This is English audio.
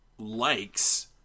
Likes